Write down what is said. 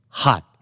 hot